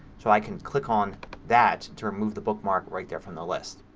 so i can click on that to remove the bookmark right there from the list.